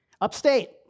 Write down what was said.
upstate